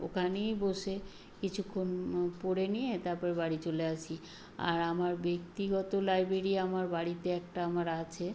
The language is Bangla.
ওখানেই বসে কিছুক্ষণ পড়ে নিয়ে তারপর বাড়ি চলে আসি আর আমার ব্যক্তিগত লাইব্রেরি আমার বাড়িতে একটা আমার আছে